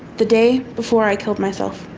the day before i killed myself,